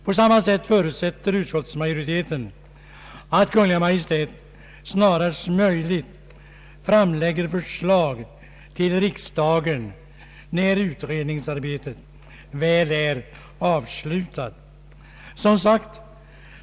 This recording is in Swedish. Utskottsmajoriteten förutsätter således att Kungl. Maj:t snarast framlägger förslag till riksdagen när utredningsarbetet väl är avslutat.